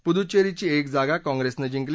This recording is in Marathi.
पुद्ववेरी ची एक जागा काँग्रेसनं जिंकली